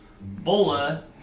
BOLA